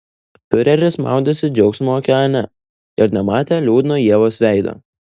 fiureris maudėsi džiaugsmo okeane ir nematė liūdno ievos veido